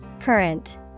Current